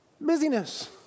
busyness